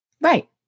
Right